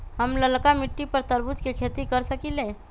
हम लालका मिट्टी पर तरबूज के खेती कर सकीले?